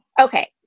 Okay